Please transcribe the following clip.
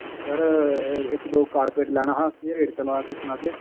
sir इक दो carpet लैना हा केह् रेट चला'रदा तुस सनाह्गे